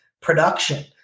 production